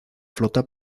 flota